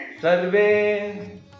survey